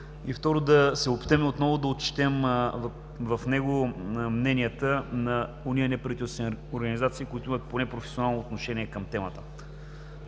и, второ, да се опитаме отново да отчетем в него мненията на онези неправителствени организации, които имат професионално отношение към темата.